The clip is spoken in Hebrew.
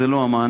זה לא המענה.